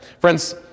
Friends